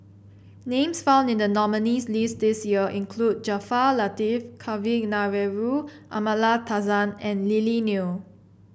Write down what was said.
names found in the nominees' list this year include Jaafar Latiff Kavignareru Amallathasan and Lily Neo